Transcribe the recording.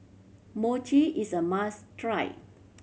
mochi is a must try